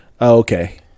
okay